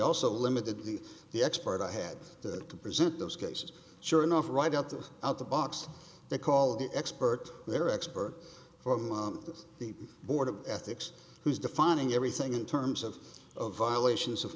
also limited the expert i had to present those cases sure enough right up to out the box they call the expert their expert from the board of ethics who's defining everything in terms of violations of